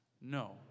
No